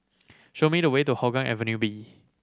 show me the way to Hougang Avenue B